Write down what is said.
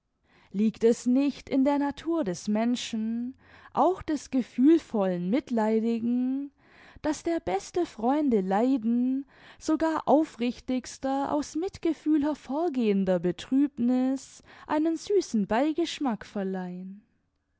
liegt es nicht in der natur des menschen auch des gefühlvollen mitleidigen daß der besten freunde leiden sogar aufrichtigster aus mitgefühl hervorgehender betrübniß einen süßen beigeschmack verleihen